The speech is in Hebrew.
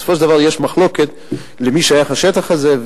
בסופו של דבר יש מחלוקת למי שייך השטח הזה,